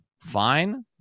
fine